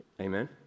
Amen